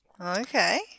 Okay